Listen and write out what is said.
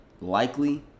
likely